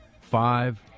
five